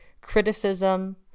criticism